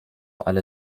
alle